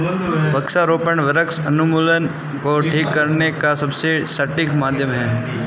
वृक्षारोपण वृक्ष उन्मूलन को ठीक करने का सबसे सटीक माध्यम है